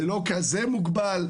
זה לא כזה מוגבל.